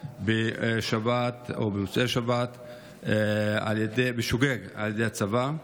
בשבת או במוצאי השבת בשוגג על ידי הצבא.